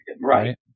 right